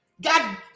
God